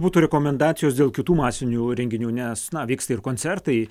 būtų rekomendacijos dėl kitų masinių renginių nes na vyksta ir koncertai